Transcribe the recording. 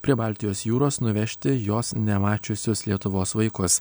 prie baltijos jūros nuvežti jos nemačiusius lietuvos vaikus